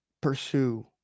pursue